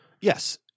Yes